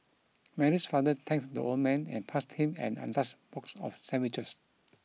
Mary's father thanked the old man and passed him an untouched box of sandwiches